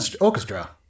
Orchestra